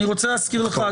אני רוצה להזכיר לך,